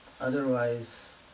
Otherwise